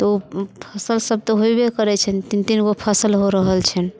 तऽ फसल सभ तऽ होइबे करै छनि तीन तीनगो फसल हो रहल छै